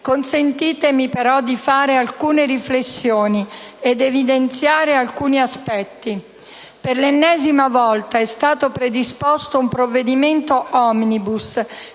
Consentitemi però di fare alcune riflessioni ed evidenziare alcuni aspetti. Per l'ennesima volta è stato predisposto un provvedimento *omnibus*,